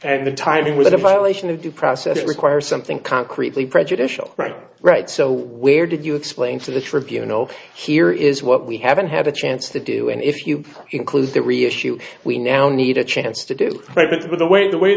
and the timing was a violation of due process requires something concretely prejudicial right right so where did you explain to the tribunal here is what we haven't had a chance to do and if you include the real issue we now need a chance to do right with the way